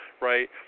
right